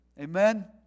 amen